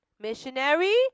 Missionary